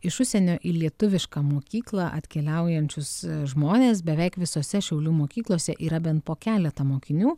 iš užsienio į lietuvišką mokyklą atkeliaujančius žmones beveik visose šiaulių mokyklose yra bent po keletą mokinių